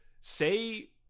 say